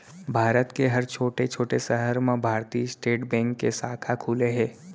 भारत के हर छोटे छोटे सहर म भारतीय स्टेट बेंक के साखा खुले हे